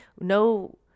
no